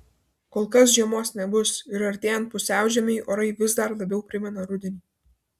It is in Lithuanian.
kol kas žiemos nebus ir artėjant pusiaužiemiui orai vis dar labiau primena rudenį